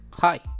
Hi